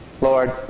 Lord